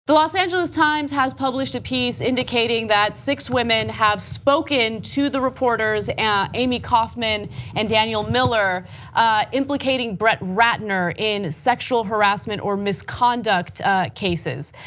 the los angeles times has published a piece indicating that six women have spoken to the reporters including and amy kaufman and danielle miller implicating brett ratner in sexual harassment or misconduct cases.